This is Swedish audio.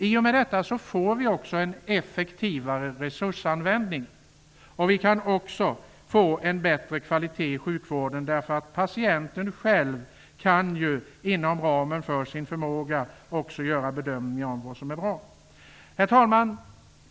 I och med detta får vi en effektivare resursanvändning. Vi kan få en bättre kvalitet i sjukvården, därför att patienten själv inom ramen för sin förmåga också kan göra bedömningar av vad som är bra. Herr talman!